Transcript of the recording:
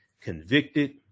convicted